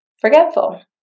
forgetful